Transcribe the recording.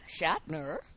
Shatner